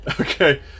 Okay